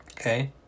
Okay